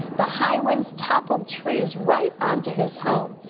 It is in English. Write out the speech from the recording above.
the high winds toppled trees right on to his home.